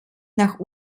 nach